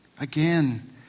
Again